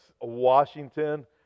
Washington